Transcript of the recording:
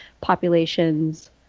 populations